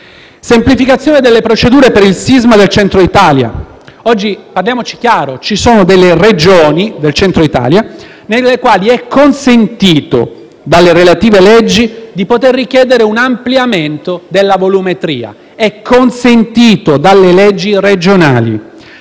semplificazione delle procedure per il sisma del Centro Italia. Parliamoci chiaro: oggi ci sono alcune Regioni del Centro Italia nelle quali è consentito, dalle relative leggi, di poter richiedere un ampliamento della volumetria; è consentito dalle leggi regionali.